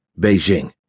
Beijing